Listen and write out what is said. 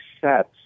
sets